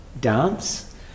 dance